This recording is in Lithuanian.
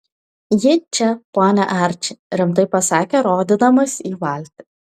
ji čia pone arči rimtai pasakė rodydamas į valtį